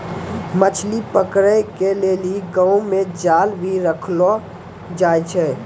मछली पकड़े के लेली गांव मे जाल भी रखलो जाए छै